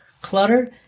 clutter